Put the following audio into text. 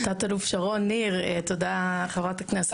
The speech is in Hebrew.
תת אלוף שרון ניר, תודה חברת הכנסת לזימי.